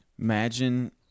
Imagine